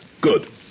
Good